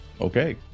Okay